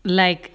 like